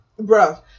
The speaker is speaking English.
bruh